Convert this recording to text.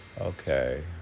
okay